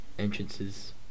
Entrances